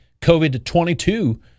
COVID-22